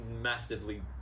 massively